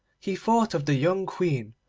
he thought of the young queen,